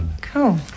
Cool